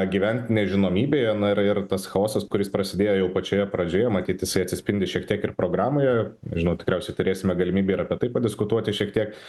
gyvent nežinomybėje na ir ir tas chaosas kuris prasidėjo jau pačioje pradžioje matyt jisai atsispindi šiek tiek ir programoje žinau tikriausiai turėsime galimybę ir apie tai padiskutuoti šiek tiek